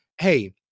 Hey